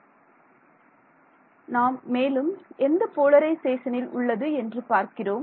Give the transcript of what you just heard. ஆம் நாம் மேலும் எந்த போலரிசேஷனில் உள்ளது என்று பார்க்கிறோம்